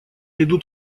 идут